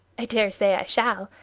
i daresay i shall.